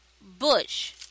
bush